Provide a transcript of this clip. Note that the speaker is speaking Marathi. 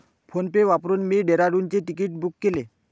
फोनपे वापरून मी डेहराडूनचे तिकीट बुक केले